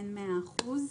אין מאה אחוז.